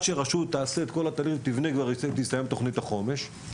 שרשות תעשה את כל התהליכים ותבנה תסתיים כבר תוכנית החומש,